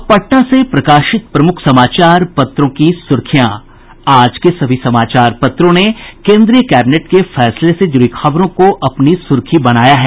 अब पटना से प्रकाशित प्रमुख समाचार पत्रों की सुर्खियां आज के सभी समाचार पत्रों ने केन्द्रीय कैबिनेट के फैसले से जुड़ी खबरों को अपनी सुर्खी बनायी है